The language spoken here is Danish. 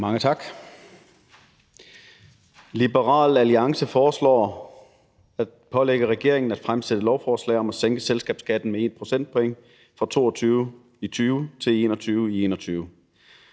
Mange tak. Liberal Alliance foreslår at pålægge regeringen at fremsætte et lovforslag om at sænke selskabsskatten med 1 procentpoint fra 22 i 2020 til 21 i 2021